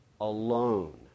alone